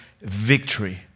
victory